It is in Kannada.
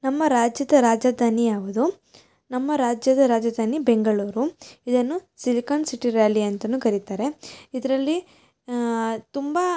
ನಮ್ಮ ರಾಜ್ಯದ ರಾಜಧಾನಿ ಯಾವುದು ನಮ್ಮ ರಾಜ್ಯದ ರಾಜಧಾನಿ ಬೆಂಗಳೂರು ಇದನ್ನು ಸಿಲಿಕಾನ್ ಸಿಟಿ ರ್ಯಾಲಿ ಅಂತಲು ಕರಿತಾರೆ ಇದರಲ್ಲಿ ತುಂಬ